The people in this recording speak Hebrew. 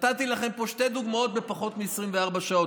נתתי לכם פה שתי דוגמאות מפחות מ-24 שעות.